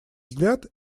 взгляд